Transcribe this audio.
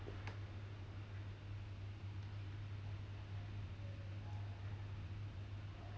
what